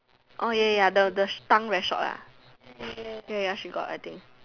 oh ya ya the the tongue very short lah ya ya she got I think